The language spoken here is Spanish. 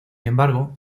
embargo